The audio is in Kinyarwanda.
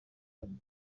kane